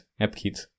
AppKit